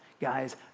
guys